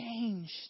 changed